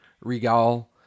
Regal